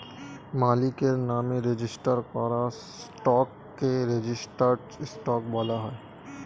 মালিকের নামে রেজিস্টার করা স্টককে রেজিস্টার্ড স্টক বলা হয়